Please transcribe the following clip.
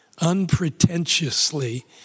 unpretentiously